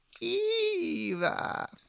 Eva